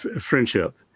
friendship